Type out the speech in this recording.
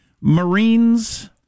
Marines